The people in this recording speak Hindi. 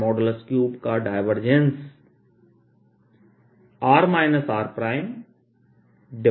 3का डायवर्जेंस r r